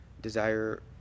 desire